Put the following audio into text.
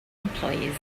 employees